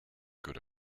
good